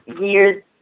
years